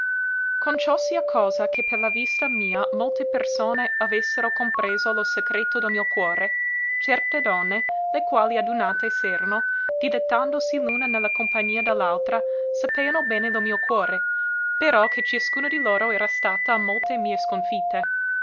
con ciò sia cosa che per la vista mia molte persone avessero compreso lo secreto del mio cuore certe donne le quali adunate s'erano dilettandosi l'una ne la compagnia de l'altra sapeano bene lo mio cuore però che ciascuna di loro era stata a molte mie sconfitte